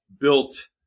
built